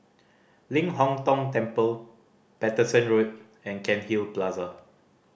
Ling Hong Tong Temple Paterson Road and Cairnhill Plaza